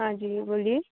हाँ जी बोलिए